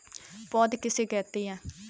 पौध किसे कहते हैं?